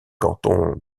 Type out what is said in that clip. canton